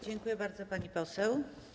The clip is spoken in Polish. Dziękuję bardzo, pani poseł.